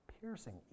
Piercing